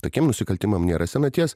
tokiem nusikaltimam nėra senaties